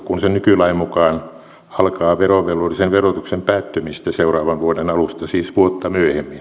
kun se nykylain mukaan alkaa verovelvollisen verotuksen päättymistä seuraavan vuoden alusta siis vuotta myöhemmin